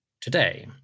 Today